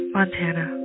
Montana